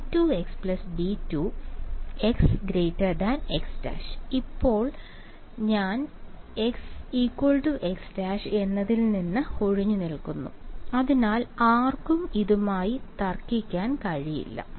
ഞാൻ ഇപ്പോൾ x x′ എന്നതിൽ നിന്ന് ഒഴിഞ്ഞുനിൽക്കുന്നു അതിനാൽ ആർക്കും ഇതുമായി തർക്കിക്കാൻ കഴിയില്ല